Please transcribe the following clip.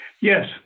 Yes